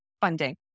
funding